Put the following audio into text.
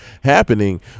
happening